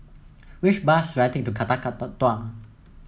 which bus should I take to Kakatua